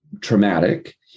traumatic